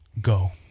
go